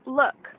look